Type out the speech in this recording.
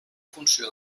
funció